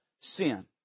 sin